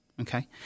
Okay